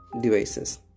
devices